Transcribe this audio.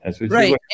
Right